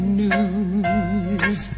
news